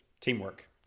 teamwork